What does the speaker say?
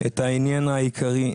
העניין העיקרי,